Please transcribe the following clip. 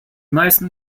meisten